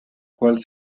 cual